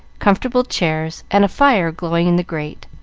comfortable chairs, and a fire glowing in the grate.